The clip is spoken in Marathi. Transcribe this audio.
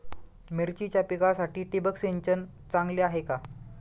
मिरचीच्या पिकासाठी ठिबक सिंचन चांगले आहे का?